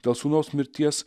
dėl sūnaus mirties